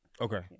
Okay